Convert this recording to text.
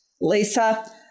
Lisa